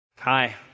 Hi